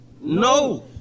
No